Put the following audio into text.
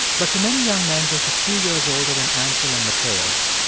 but for many young men just a few years older than ansel and mateus,